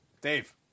Dave